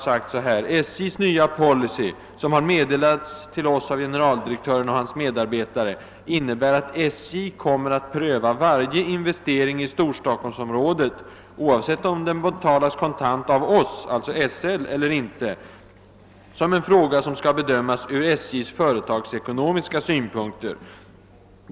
»SJ:s nya policy, meddelad till oss av generaldirektören och hans medarbetare, innebär att SJ kommer att pröva varje investering i Stockholmsområdet, oavsett om den betalas kontant av oss» — alltså KSL »eller icke, såsom en fråga som skall bedömas ur SJ:s företagsekonomiska synpunkter.